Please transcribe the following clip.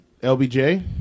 LBJ